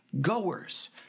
goers